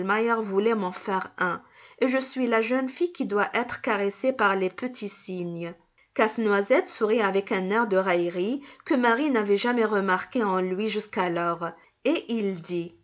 voulait m'en faire un et je suis la jeune fille qui doit être caressée par les petits cygnes casse-noisette sourit avec un air de raillerie que marie n'avait jamais remarqué en lui jusqu'alors et il dit